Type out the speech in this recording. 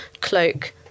cloak